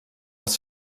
els